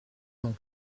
non